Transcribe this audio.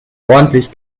ordentlich